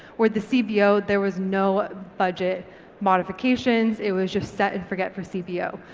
where the cbo there was no budget modifications, it was just set and forget for cbo.